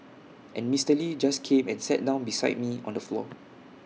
and Mister lee just came and sat down beside me on the floor